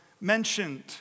mentioned